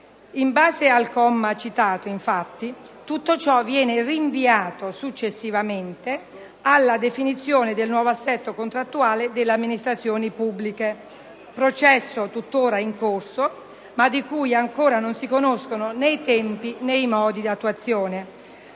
In base al comma citato, infatti, tutto ciò viene rinviato alla successiva definizione del nuovo assetto contrattuale delle amministrazioni pubbliche, processo tuttora in corso ma di cui ancora non si conoscono né i tempi né i modi di attuazione.